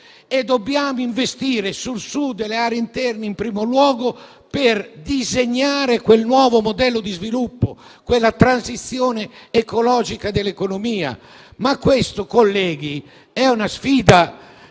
E dobbiamo investire sul Sud e sulle aree interne, in primo luogo per disegnare quel nuovo modello di sviluppo, quella transizione ecologica dell'economia. Ma questa, colleghi, è una sfida